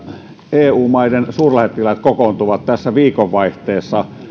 eu maiden suurlähettiläät kokoontuvat tässä viikonvaihteessa